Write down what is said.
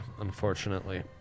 unfortunately